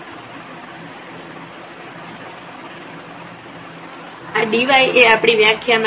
તેથી આ dy એ આપણી વ્યાખ્યામાં છે